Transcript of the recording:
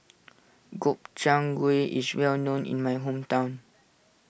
Gobchang Gui is well known in my hometown